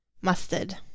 Mustard